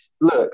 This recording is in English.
Look